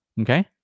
Okay